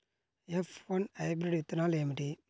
F one hybrid విత్తనాలు ఏమిటి?